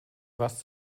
was